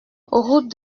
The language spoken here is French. route